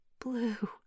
blue